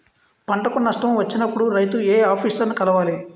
పంటకు నష్టం వచ్చినప్పుడు రైతు ఏ ఆఫీసర్ ని కలవాలి?